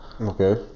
okay